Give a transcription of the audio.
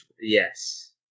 Yes